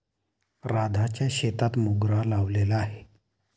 राधाच्या शेतात मोगरा लावलेला आहे